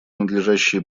надлежащие